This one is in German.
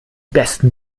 besten